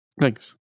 Thanks